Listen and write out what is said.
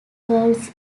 worlds